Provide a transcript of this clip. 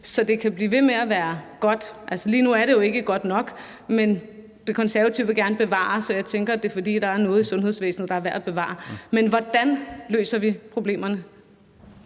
så det kan blive ved med at være godt? Altså, lige nu er det jo ikke godt nok, men De Konservative vil gerne bevare, så jeg tænker, det er, fordi der er noget i sundhedsvæsenet, der er værd at bevare. Men hvordan løser vi problemerne?